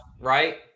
right